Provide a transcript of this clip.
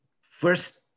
First